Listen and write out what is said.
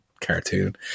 cartoon